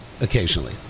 occasionally